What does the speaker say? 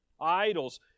idols